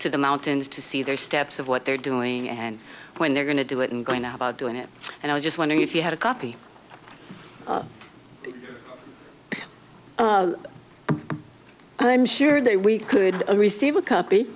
to the mountains to see their steps of what they're doing and when they're going to do it and going about doing it and i was just wondering if you had a copy i'm sure they we could receive a copy